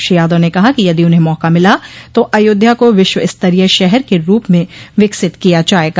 श्री यादव ने कहा कि यदि उन्हें मौका मिला तो अयोध्या को विश्वस्तरीय शहर के रूप में विकसित किया जायेगा